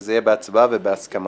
וזה יהיה בהצבעה ובהסכמה.